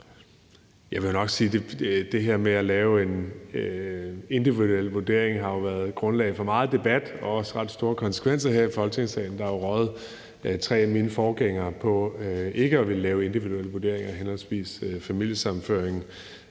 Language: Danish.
Jeg vil nok sige, at det her med at lave en individuel vurdering jo har været grundlag for meget debat, og det har også ført til ret store konsekvenser her i Folketingssalen. Tre af mine forgængere er jo røget på ikke at ville lave individuelle vurderinger i forbindelse med henholdsvis familiesammenføring,